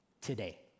today